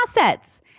assets